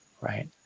Right